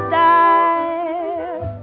die